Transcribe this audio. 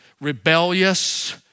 rebellious